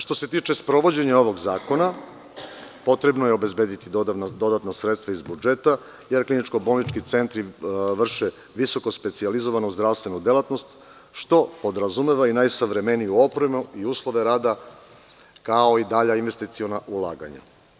Što se tiče sprovođenja ovog zakona, potrebno je obezbediti dodatna sredstva iz budžeta jer kliničko-bolnički centri vrše visokospecijalizovanu zdravstvenu delatnost, što podrazumeva i najsavremeniju opremu i uslove rada, kao i dalja investiciona ulaganja.